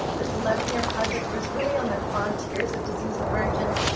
this eleven year project was really on the frontiers of disease emergence,